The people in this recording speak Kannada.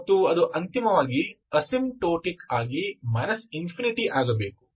ಮತ್ತು ಅದು ಅಂತಿಮವಾಗಿ ಅಸಿಂಟೋಟಿಕ್ ಆಗಿ ∞ ಆಗಬೇಕು